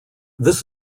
this